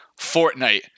Fortnite